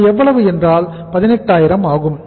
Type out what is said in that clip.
அது எவ்வளவு என்றால் 18000 ஆகும்